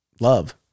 love